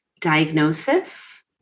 diagnosis